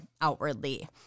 outwardly